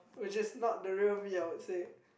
which is not the real me I would say